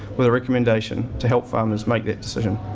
with a recommendation, to help farmers make that decision.